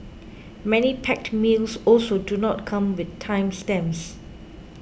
many packed meals also do not come with time stamps